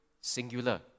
singular